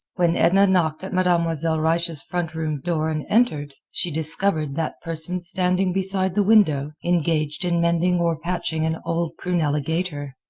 when edna knocked at mademoiselle reisz's front room door and entered, she discovered that person standing beside the window, engaged in mending or patching an old prunella gaiter.